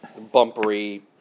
bumpery